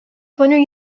wondering